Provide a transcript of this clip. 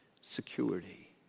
security